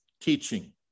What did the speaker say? teaching